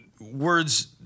words